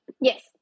yes